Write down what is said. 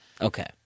Okay